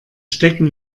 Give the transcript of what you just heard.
stecken